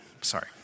Sorry